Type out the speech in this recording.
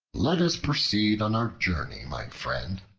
let us proceed on our journey, my friend,